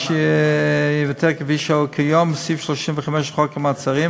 ייוותר כפי שהוא כיום בסעיף 35 לחוק המעצרים,